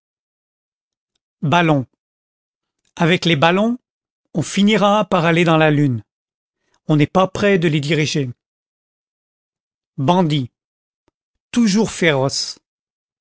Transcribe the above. ballons avec les ballons on finira par aller dans la lune on n'est pas près de les diriger bandits toujours féroces